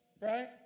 Right